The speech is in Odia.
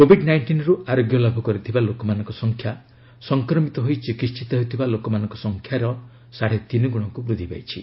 କୋଭିଡ୍ ନାଇଷ୍ଟିନରୁ ଆରୋଗ୍ୟ ଲାଭ କରିଥିବା ଲୋକମାନଙ୍କ ସଂଖ୍ୟା ସଂକ୍ମିତ ହୋଇ ଚିକିିିିତ ହେଉଥିବା ଲୋକମାନଙ୍କ ସଂଖ୍ୟାର ସାଢ଼େ ତିନିଗୁଣକୁ ବୃଦ୍ଧି ପାଇଛି